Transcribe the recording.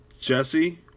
Jesse